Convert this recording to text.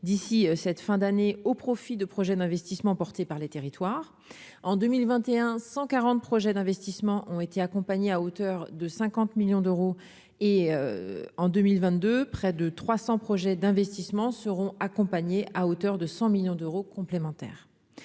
d'ici cette fin d'année au profit de projets d'investissements, porté par les territoires en 2021 140 projets d'investissements ont été accompagnés à hauteur de 50 millions d'euros, et en 2022 près de 300 projets d'investissements seront accompagnés à hauteur de 100 millions d'euros complémentaire